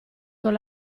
con